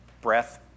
breath